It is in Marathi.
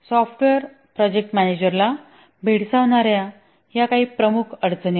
सॉफ्टवेअर प्रोजेक्ट मॅनेजरला भेडसावणाऱ्या या काही प्रमुख अडचणी आहेत